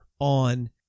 on